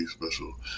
special